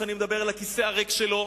שאני מדבר אל הכיסא הריק שלו,